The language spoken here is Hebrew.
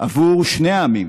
עבור שני העמים